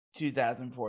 2014